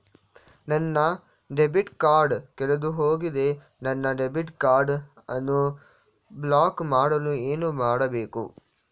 ನನ್ನ debit card ಕಳೆದುಹೋಗಿದೆ ನನ್ನ ಡೆಬಿಟ್ ಕಾರ್ಡ್ ಅನ್ನು ಬ್ಲಾಕ್ ಮಾಡಲು ಏನು ಮಾಡಬೇಕು?